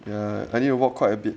ya I need to watch quite a bit